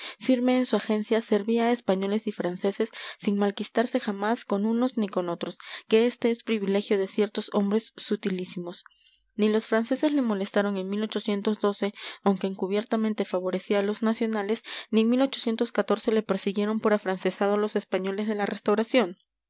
firme en su agencia servía a españoles y franceses sin malquistarse jamás con unos ni con otros que este es privilegio de ciertos hombres sutilísimos ni los franceses le molestaron en aunque encubiertamente favorecía a los nacionales ni en le persiguieron por afrancesado los españoles de la restauración